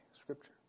Scripture